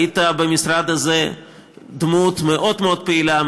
היית במשרד הזה דמות מאוד מאוד פעילה,